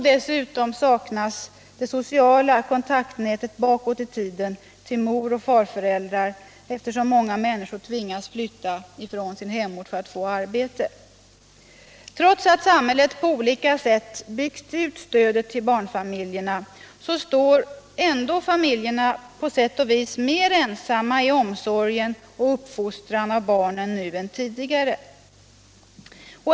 Dessutom saknas det sociala kontaktnätet bakåt i tiden till moroch farföräldrar, eftersom många människor tvingas flytta från sin hemort för att få arbete. Trots att samhället på olika sätt byggt ut stödet till barnfamiljerna står ändå familjerna på sätt och vis mer ensamma i omsorgen om och uppfostran av barnen nu än tidigare.